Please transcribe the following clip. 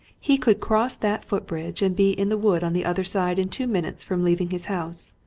he could cross that foot-bridge, and be in the wood on the other side in two minutes from leaving his house.